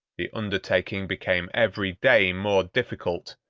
the undertaking became every day more difficult,